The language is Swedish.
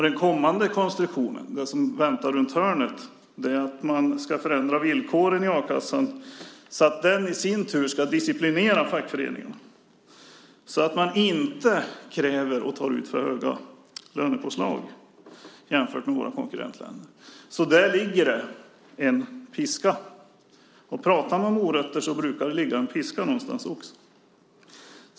Den kommande konstruktionen, som väntar runt hörnet, är att man ska förändra villkoren i a-kassan så att den i sin tur ska disciplinera fackföreningarna så att de inte kräver och tar ut för höga lönepåslag jämfört med i våra konkurrentländer. Där ligger det en piska. Pratar man morötter brukar det ligga en piska någonstans också.